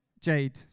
Jade